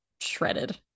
shredded